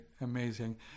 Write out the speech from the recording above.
amazing